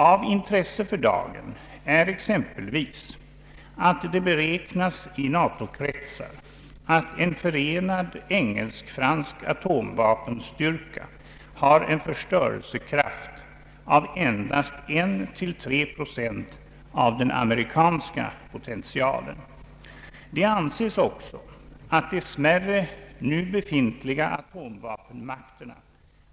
Av intresse för dagen är exempelvis att det i NATO-kretsar beräknas att en förenad engelsk-fransk atomvapenstyrka har en förstörelsekraft av endast 1—3 procent av den amerikanska potentialen. Det anses också, att de smärre nu befintliga atomvapenmakterna